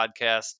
podcast